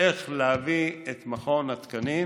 איך להביא את מכון התקנים